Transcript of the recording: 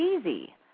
easy